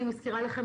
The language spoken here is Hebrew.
אני מזכירה לכם,